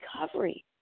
recovery